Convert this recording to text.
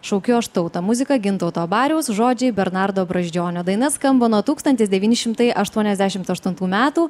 šaukiu aš tautą muzika gintauto abariaus žodžiai bernardo brazdžionio daina skamba nuo tūkstantis devyni šimtai aštuoniasdešimt aštuntų metų